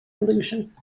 illusion